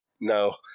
no